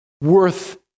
worth